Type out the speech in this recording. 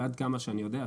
ועד כמה שאני יודע,